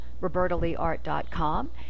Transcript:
robertaleeart.com